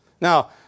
Now